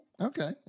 Okay